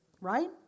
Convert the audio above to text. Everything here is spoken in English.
Right